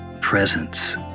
presence